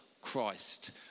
Christ